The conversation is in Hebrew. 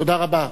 תודה רבה.